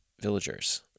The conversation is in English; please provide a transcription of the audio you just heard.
villagers